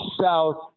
south